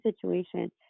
situation